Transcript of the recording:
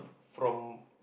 from